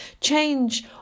Change